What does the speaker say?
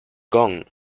gong